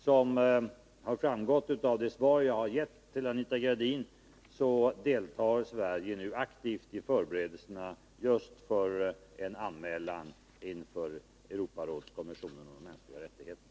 Som har framgått av det svar jag har gett Anita Gradin deltar Sverige nu aktivt i förberedelserna för just en anmälan inför Europarådskommissionen för de mänskliga rättigheterna.